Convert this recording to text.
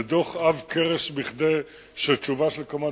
זה דוח עב-כרס מכדי שהתשובה שלי, של כמה דקות,